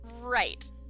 Right